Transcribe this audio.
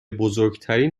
بزرگترین